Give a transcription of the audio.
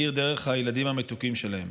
מאיר דרך הילדים המתוקים שלהם.